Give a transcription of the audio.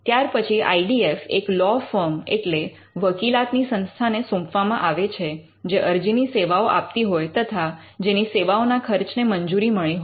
ત્યાર પછી I D F એક લૉ ફર્મ એટલે વકીલાતની સંસ્થાને સોંપવામાં આવે છે જે અરજીની સેવાઓ આપતી હોય તથા જેની સેવાઓના ખર્ચને મંજૂરી મળી હોય